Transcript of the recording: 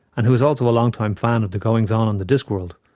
and who is also a long-time fan of the goings-on on the discworld,